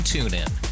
TuneIn